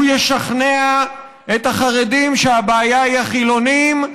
הוא ישכנע את החרדים שהבעיה היא החילונים,